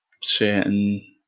certain